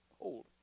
old